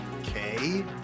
Okay